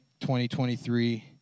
2023